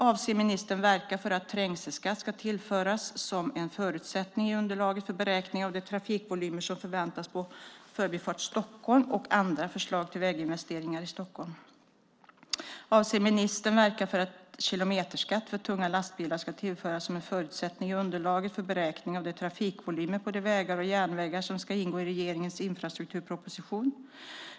Avser ministern att verka för att trängselskatt ska tillföras som en förutsättning i underlaget för beräkning av de vägtrafikvolymer som förväntas på Förbifart Stockholm och andra förslag till väginvesteringar i Stockholm? Avser ministern att verka för att kilometerskatt för tunga lastbilar ska tillföras som en förutsättning i underlaget för beräkning av de trafikvolymer på de vägar och järnvägar som ska ingå i regeringens infrastrukturproposition?